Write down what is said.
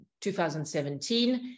2017